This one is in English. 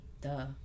Duh